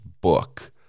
book